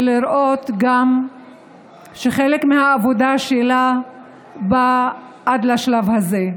ולראות גם שחלק מהעבודה שלה בא עד שלב זה.